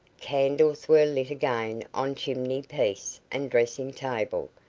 candles were lit again on chimney-piece and dressing-table,